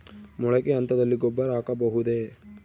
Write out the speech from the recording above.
ಮೊಳಕೆ ಹಂತದಲ್ಲಿ ಗೊಬ್ಬರ ಹಾಕಬಹುದೇ?